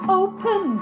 open